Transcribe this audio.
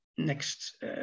Next